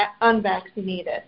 unvaccinated